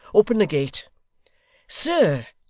open the gate sir,